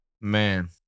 Man